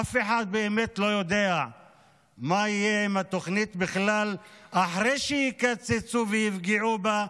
אף אחד לא יודע באמת מה יהיה עם התוכנית בכלל אחרי שיקצצו ויפגעו בה,